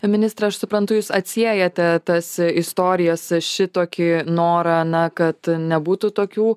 ministrai aš suprantu jūs atsiejate tas istorijas šitokį norą na kad nebūtų tokių